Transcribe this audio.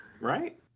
Right